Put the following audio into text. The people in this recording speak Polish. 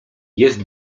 jest